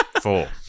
Four